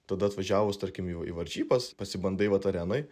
tada atvažiavus tarkim jau į varžybas pasibandai vat arenoj